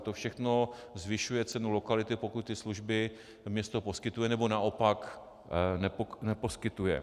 To všechno zvyšuje cenu lokality, pokud ty služby město poskytuje, nebo naopak neposkytuje.